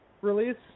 release